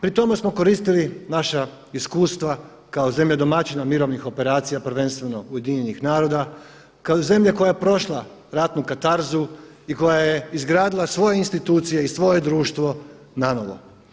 Pri tome smo koristili naša iskustva kao zemlje domaćina mirovnih operacija prvenstveno UN-a kao zemlje koja je prošla ratnu katarzu i koja je izgradila svoje institucije i svoje društvo nanovo.